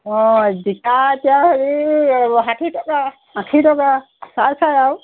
অঁ জিকা এতিয়া হেৰি ষাঠি টকা আশী টকা চাই চাই আৰু